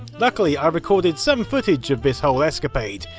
luckily i recorded some footage of this ah escapade,